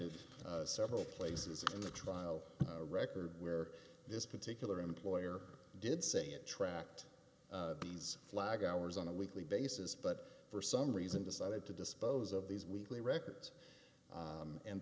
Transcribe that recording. d several places in the trial record where this particular employer did say it tracked these flag hours on a weekly basis but for some reason decided to dispose of these weekly records